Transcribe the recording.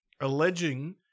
alleging